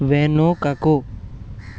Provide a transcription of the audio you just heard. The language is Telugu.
వెనుకకు